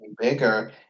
Bigger